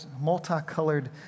multicolored